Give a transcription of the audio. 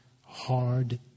hard